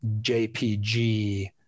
.jpg